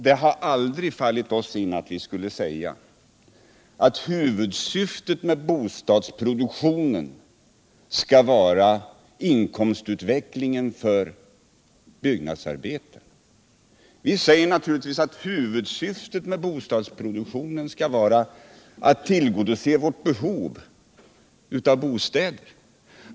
Det har aldrig fallit oss in att — Jordbrukspolitisäga: Huvudsyftet med bostadsproduktionen skall vara inkomstutveck = ken, m.m. lingen för byggnadsarbetarna. Vi säger naturligtvis att huvudsyftet med bostadsproduktionen skall vara att tillgodose vårt behov av bostäder.